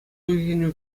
уйӑхӗн